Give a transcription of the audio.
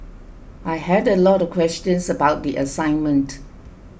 I had a lot of questions about the assignment